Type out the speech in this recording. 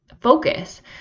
focus